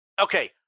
Okay